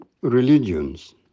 religions